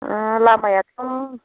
लामायाथ'